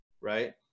right